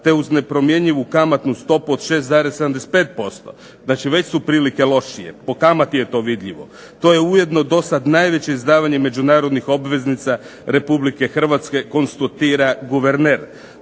te uz nepromjenjivu kamatnu stopu od 6,75%. Znači već su prilike lošije. Po kamati je to vidljivo. To je ujedno dosad najveće izdavanje međunarodnih obveznica Republike Hrvatske konstatira guverner.